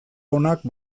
onak